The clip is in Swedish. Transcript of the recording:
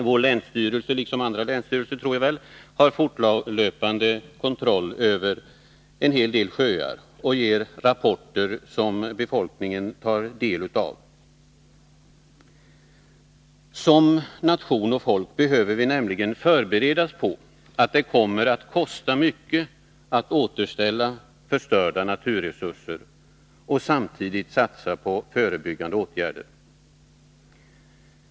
Vår länsstyrelse liksom troligtvis också andra länsstyrelser utför fortlöpande kontroller i en hel del sjöar och avger rapporter som befolkningen tar del av. Som nation och som folk behöver vi förberedas på att det kommer att kosta mycket att återställa förstörda naturresurser och att samtidigt satsa på förebyggande åtgärder.